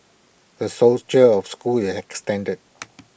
the of schools is extended